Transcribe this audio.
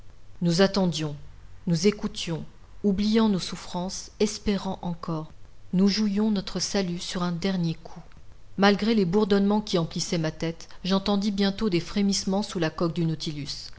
nous attendions nous écoutions oubliant nos souffrances espérant encore nous jouions notre salut sur un dernier coup malgré les bourdonnements qui emplissaient ma tête j'entendis bientôt des frémissements sous la coque du nautilus